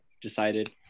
decided